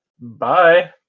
Bye